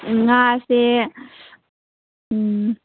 ꯉꯥꯁꯦ ꯎꯝ